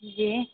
जी